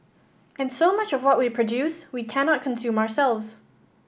and so much of what we produce we cannot consume ourselves